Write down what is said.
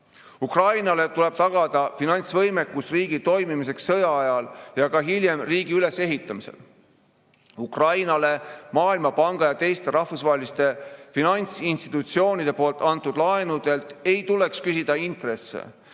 Ukrainale tuleb tagada finantsvõimekus riigi toimimiseks sõja ajal ja ka hiljem riigi ülesehitamisel. Ukrainale Maailmapanga ja teiste rahvusvaheliste finantsinstitutsioonide poolt antud laenudelt ei tuleks küsida intresse